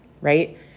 right